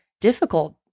difficult